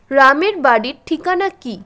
রামের বাড়ির ঠিকানা কী